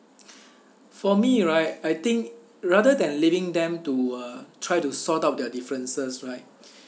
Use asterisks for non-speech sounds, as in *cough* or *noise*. *breath* for me right I think rather than leaving them to uh try to sort out their differences right *breath*